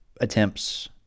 attempts